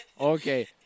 okay